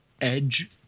edge